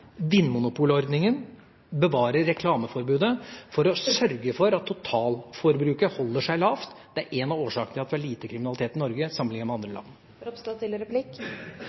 vinmonopolordningen og å bevare reklameforbudet for å sørge for at totalforbruket holder seg lavt. Det er en av årsakene til at vi har lite kriminalitet i Norge, sammenlignet med andre